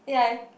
ya